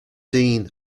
seen